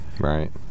Right